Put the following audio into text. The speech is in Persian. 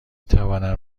توانم